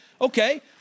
Okay